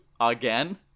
again